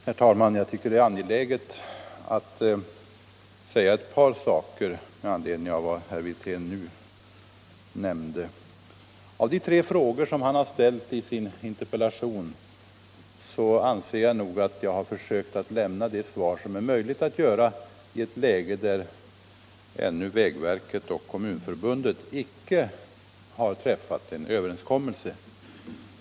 Herr talman! Jag tycker att det är angeläget att säga ett par saker med anledning av vad herr Wirtén nu nämnde. På de tre frågor som han ställt i sin interpellation har jag försökt att lämna det svar som är möjligt att lämna i ett läge där vägverket och Kommunförbundet icke har träffat någon överenskommelse.